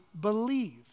believe